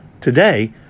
Today